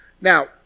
Now